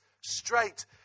straight